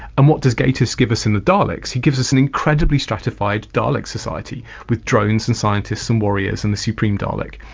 and what does gatiss give us in the daleks? he gives us an incredibly stratified dalek society with drones and scientists and warriors and a supreme dalek.